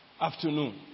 afternoon